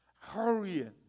hurrying